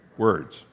words